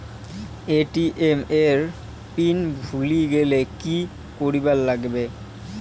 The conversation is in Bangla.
এ.টি.এম এর পিন ভুলি গেলে কি করিবার লাগবে?